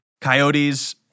coyotes